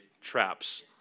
traps